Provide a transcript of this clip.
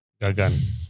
Gagan